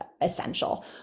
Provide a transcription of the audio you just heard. essential